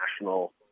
national